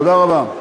תודה רבה.